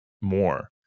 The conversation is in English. more